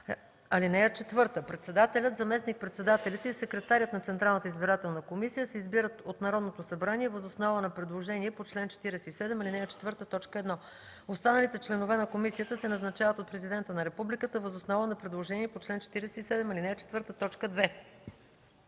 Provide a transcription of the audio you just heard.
и секретар. (4) Председателят, заместник-председателите и секретарят на Централната избирателна комисия се избират от Народното събрание въз основа на предложение по чл. 47, ал. 4, т. 1. Останалите членове на комисията се назначават от президента на републиката въз основа на предложение по чл. 47, ал. 4, т. 2.